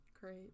Great